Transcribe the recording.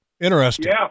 Interesting